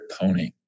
pony